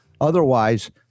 otherwise